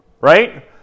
right